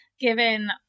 Given